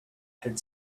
had